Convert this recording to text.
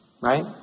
Right